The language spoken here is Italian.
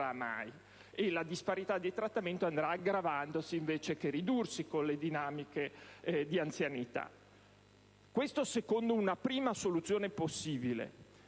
e la disparità di trattamento andrà aggravandosi, invece che ridursi, per effetto delle dinamiche di anzianità. Tutto ciò secondo una prima soluzione possibile,